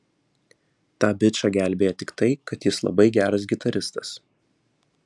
tą bičą gelbėja tik tai kad jis labai geras gitaristas